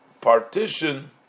partition